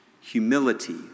humility